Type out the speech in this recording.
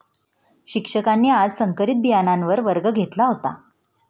शिक्षकांनी आज संकरित बियाणांवर वर्ग घेतला होता